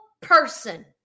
person